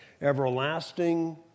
Everlasting